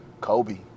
Kobe